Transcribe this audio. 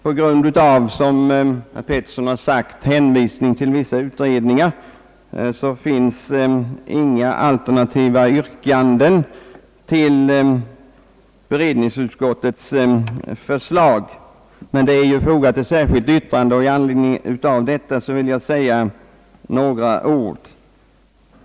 På grund av att utskottet hänvisar till pågående utredning finns det, såsom herr Peterson har sagt, inga alternativa yrkanden till beredningsutskottets förslag. Ett särskilt yttrande är emellertid fogat till utlåtandet, och i anledning av detta vill jag säga några ord.